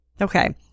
Okay